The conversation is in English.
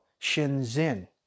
Shenzhen